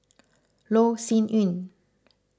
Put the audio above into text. Loh Sin Yun